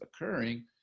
occurring